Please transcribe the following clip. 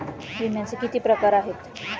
विम्याचे किती प्रकार आहेत?